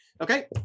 Okay